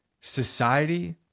society